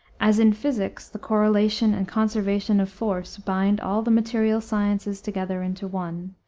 as in physics the correlation and conservation of force bind all the material sciences together into one,